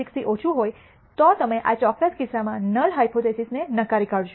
96 થી ઓછું હોય તો તમે આ ચોક્કસ કિસ્સામાં નલ હાયપોથીસિસ ને નકારી કાઢશો